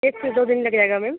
एक से दो दिन लग जाएगा मैम